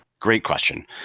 great question.